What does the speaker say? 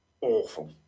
awful